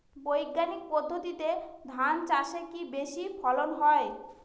বৈজ্ঞানিক পদ্ধতিতে ধান চাষে কি বেশী ফলন হয়?